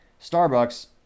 Starbucks